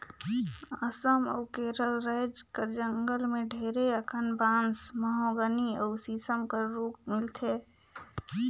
असम अउ केरल राएज कर जंगल में ढेरे अकन बांस, महोगनी अउ सीसम कर रूख मिलथे